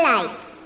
Lights